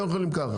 כן יכולים ככה.